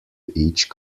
each